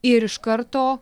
ir iš karto